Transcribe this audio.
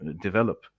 develop